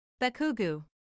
Bakugu